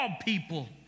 people